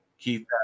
Keith